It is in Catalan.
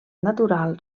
natural